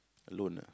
alone ah